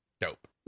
dope